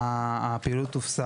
הפעילות תופסק.